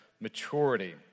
maturity